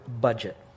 budget